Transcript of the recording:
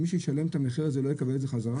שמי שישלם את המחיר הזה לא יקבל את זה חזרה?